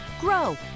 grow